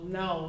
no